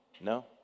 No